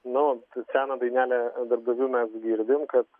nu seną dainelę darbdavių mes girdim kad